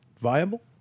viable